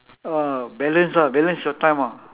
uh balance ah balance your time ah